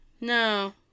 No